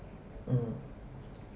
mm